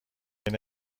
دیگه